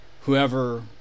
whoever